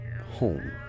home